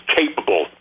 capable